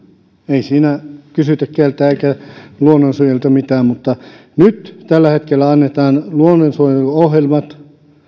ei siinä kysytä keiltäkään luonnonsuojelijoilta mitään mutta nyt tällä hetkellä luonnonsuojeluohjelmat